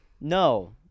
No